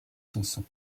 sanson